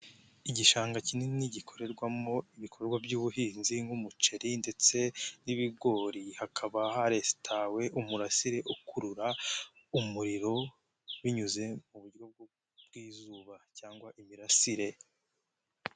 Igishanga kinini gikorerwamo ibikorwa by'ubuhinzi nk'umuceri ndetse n'ibigori, hakaba haresitawe umurasire ukurura umuriro binyuze mu buryo bw'izuba cyangwa imirasire.